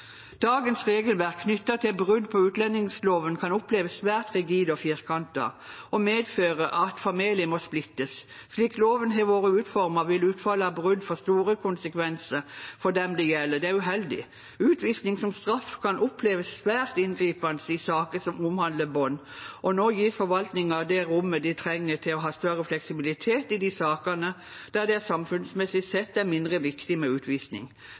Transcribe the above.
brudd på utlendingsloven kan oppleves svært rigid og firkantet og medføre at familier må splittes. Slik loven har vært utformet, vil utfallet av brudd få store konsekvenser for dem det gjelder. Det er uheldig. Utvisning som straff kan oppleves svært inngripende i saker som omhandler barn, og nå gis forvaltningen det rommet de trenger til å ha større fleksibilitet i de sakene der det samfunnsmessig sett er mindre viktig med utvisning.